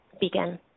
begin